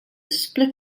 split